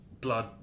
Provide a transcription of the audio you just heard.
Blood